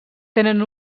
tenen